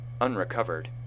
unrecovered